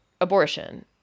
abortion